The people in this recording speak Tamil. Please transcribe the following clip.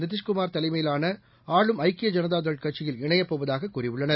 நிதிஷ்குமார் தலைம்பிலானஆளும் ஐக்கிய ஐனதாதள் கட்சியில் இணையப்போவதாககூறியுள்ளனர்